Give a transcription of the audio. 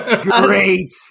Great